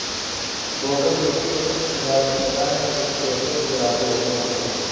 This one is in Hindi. बोगनविले एक सजावटी लता है जिसके पुष्प गुलाबी रंग के होते है